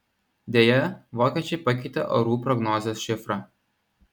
deja vokiečiai pakeitė orų prognozės šifrą